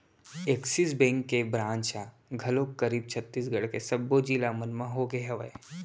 Axis bank के branch ह घलोक करीब छत्तीसगढ़ के सब्बो जिला मन होगे हवय